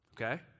Okay